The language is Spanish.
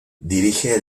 dirige